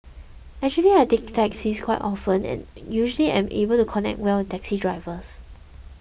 actually I take taxis quite often and usually am able to connect well taxi drivers